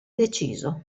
deciso